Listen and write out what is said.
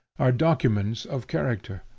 are documents of character.